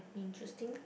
interesting